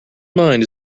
mind